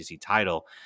title